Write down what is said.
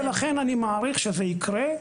ולכן אני מעריך שזה יקרה,